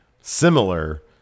similar